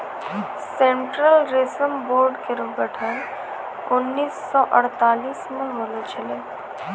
central रेशम board केरो गठन उन्नीस सौ अड़तालीस म होलो छलै